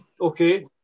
Okay